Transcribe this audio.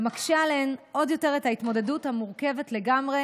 ומקשה עליהן עוד יותר את ההתמודדות המורכבת לגמרי